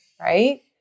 right